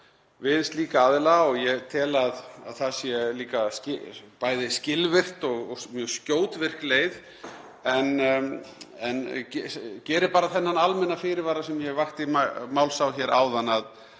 við slíka aðila. Ég tel að það sé líka bæði skilvirk og mjög skjótvirk leið en geri bara þennan almenna fyrirvara sem ég vakti máls á áðan, að